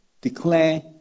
declare